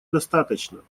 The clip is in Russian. достаточно